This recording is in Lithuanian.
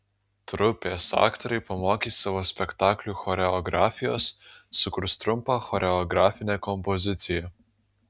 trupės aktoriai pamokys savo spektaklių choreografijos sukurs trumpą choreografinę kompoziciją